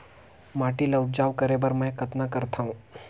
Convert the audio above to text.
माटी ल उपजाऊ करे बर मै कतना करथव?